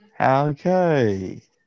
Okay